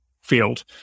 field